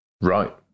Right